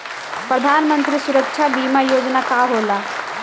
प्रधानमंत्री सुरक्षा बीमा योजना का होला?